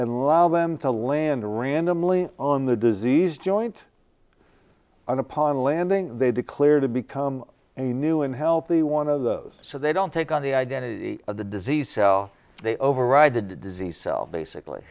and lao them to land randomly on the diseased joint on upon landing they declare to become a new and healthy one of those so they don't take on the identity of the disease cell they override the disease cell basically